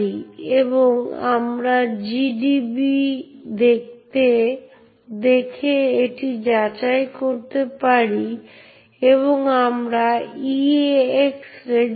নিরাপত্তার ক্ষেত্রে Unix access control মেকানিজমগুলিতে এখনও অনেক সমস্যা রয়েছে